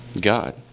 God